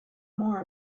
more